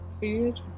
food